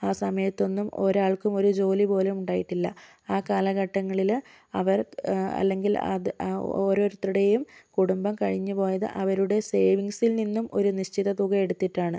ആ സമയത്തൊന്നും ഒരാൾക്കും ഒരു ജോലി പോലും ഉണ്ടായിട്ടില്ല ആ കാലഘട്ടങ്ങളിൽ അവർ അല്ലെങ്കിൽ ഓരോരുത്തരുടെയും കുടുംബം കഴിഞ്ഞുപോയത് അവരുടെ സേവിങ്സിൽ നിന്നും ഒരു നിശ്ചിത തുക എടുത്തിട്ടാണ്